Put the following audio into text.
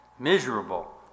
miserable